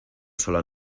sola